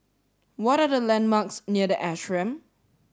what are the landmarks near The Ashram